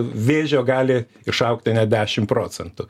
vėžio gali išaugti net dešimt procentų